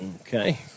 Okay